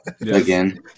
Again